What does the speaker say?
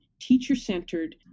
teacher-centered